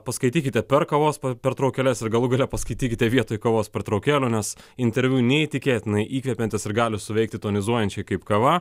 paskaitykite per kavos pertraukėles ir galų gale paskaitykite vietoj kavos pertraukėlių interviu neįtikėtinai įkvepiantis ir gali suveikti tonizuojančiai kaip kava